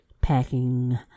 Packing